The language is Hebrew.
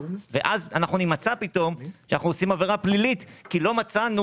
אז אנחנו נימצא שאנחנו עושים עבירה פלילית כי לא מצאנו